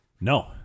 No